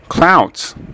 Clouds